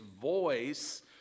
voice